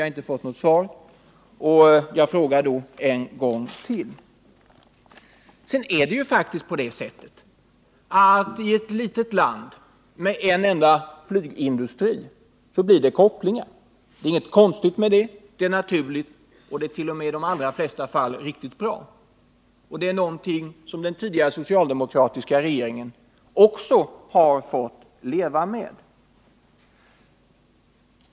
Jag har som sagt inte fått något svar och frågar därför en gång till. I ett litet land med en enda flygindustri blir det kopplingar. Det är inget konstigt med det; det är naturligt och t.o.m. i de allra flesta fall riktigt bra. Det är någonting som den tidigare socialdemokratiska regeringen också har fått leva med.